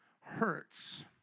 hurts